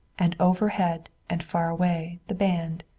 and overhead and far away the band.